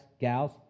gals